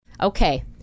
Okay